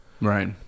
Right